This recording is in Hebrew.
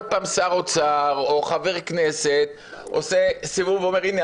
פעם שר האוצר או חבר כנסת עושה סיבוב ואומר: הנה,